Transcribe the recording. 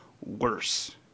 worse